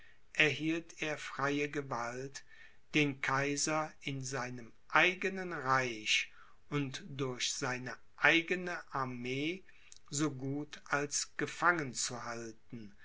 erhielt er freie gewalt den kaiser in seinem eigenen reich und durch seine eigene armee so gut als